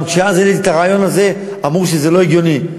גם כשהעליתי את הרעיון הזה אז אמרו שזה לא הגיוני.